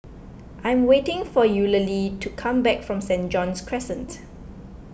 I am waiting for Eulalie to come back from Stain John's Crescent